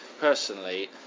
personally